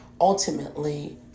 ultimately